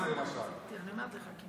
השאלה שלי היא למה לא במאה ה-18,